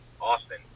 Austin